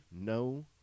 no